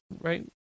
right